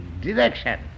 direction